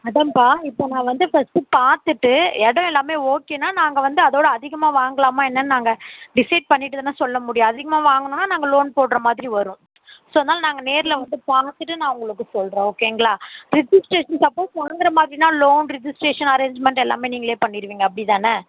அதான்ப்பா இப்போ நான் வந்து ஃபர்ஸ்ட்டு பார்த்துட்டு இடம் எல்லாமே ஓகேன்னா நாங்கள் வந்து அதோட அதிகமாக வாங்கலாமா என்னன்னு நாங்கள் டிசைட் பண்ணிவிட்டு தானே சொல்ல முடியும் அதிகமாக வாங்கணும்ன்னா நாங்கள் லோன் போடுறமாதிரி வரும் ஸோ அதனால் நாங்கள் நேரில் வந்து பார்த்துட்டு நான் உங்களுக்கு சொல்லுறோம் ஓகேங்களா ரிஜிஸ்ட்ரேஷன் சப்போஸ் வாங்குற மாதிரின்னா லோன் ரிஜிஸ்ட்ரேஷன் அரேஞ்ச்மெண்ட் எல்லாமே நீங்களே பண்ணிவிடுவீங்க அப்டிதானே